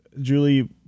Julie